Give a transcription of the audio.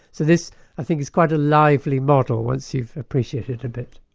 so this i think is quite a lively model once you've appreciated it a bit.